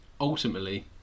Ultimately